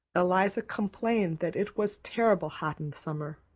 eliza complained that it was terrible hot in summer,